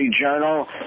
Journal